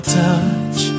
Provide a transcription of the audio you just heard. touch